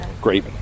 Great